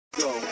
go